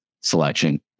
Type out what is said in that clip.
selection